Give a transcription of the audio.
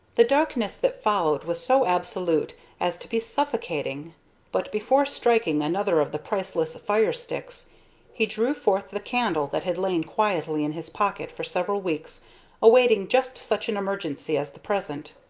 the darkness that followed was so absolute as to be suffocating but before striking another of the priceless fire-sticks he drew forth the candle that had lain quietly in his pocket for several weeks awaiting just such an emergency as the present.